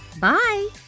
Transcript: Bye